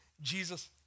Jesus